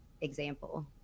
example